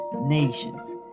nations